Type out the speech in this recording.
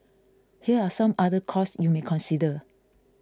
here are some other costs you may consider